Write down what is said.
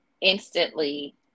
instantly